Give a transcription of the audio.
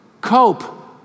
cope